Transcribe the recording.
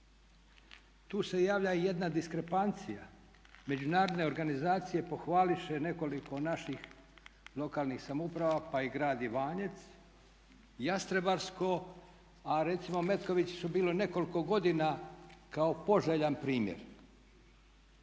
Tu se javlja jedna diskrepancija, međunarodne organizacije pohvališe nekoliko naših lokalnih samouprava pa i grad Ivanec, Jastrebarsko, a recimo Metković je bilo nekoliko godina kao poželjan primjer.